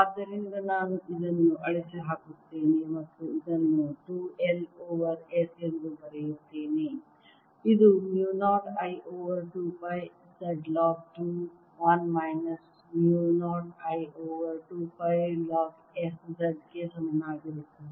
ಆದ್ದರಿಂದ ನಾನು ಇದನ್ನು ಅಳಿಸಿಹಾಕುತ್ತೇನೆ ಮತ್ತು ಇದನ್ನು 2 L ಓವರ್ S ಎಂದು ಬರೆಯುತ್ತೇನೆ ಇದು mu 0 I over 2 pi Z log 2 1 minus mu 0 I over 2 pi log S Z ಗೆ ಸಮನಾಗಿರುತ್ತದೆ